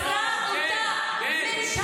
שיצרה, זו הסתה, זה טרור, כן כן כן.